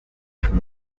justin